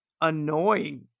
annoying